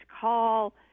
call